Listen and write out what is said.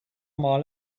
mal